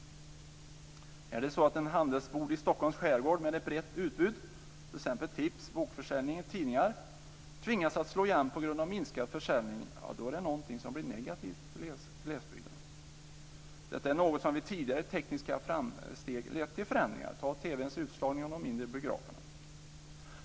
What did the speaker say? Är det så att en handelsbod i Stockholms skärgård med ett brett utbud - t.ex. tips, bokförsäljning och tidningar - tvingas slå igen på grund av minskad försäljning, då blir detta negativt för glesbygden. Det är något som vid tidigare tekniska framsteg lett till förändringar - ta TV:s utslagning av de mindre biograferna.